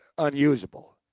unusable